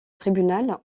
tribunal